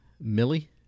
Millie